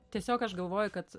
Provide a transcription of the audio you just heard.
tiesiog aš galvoju kad